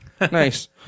Nice